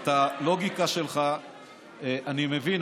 את הלוגיקה שלך אני מבין.